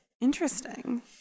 interesting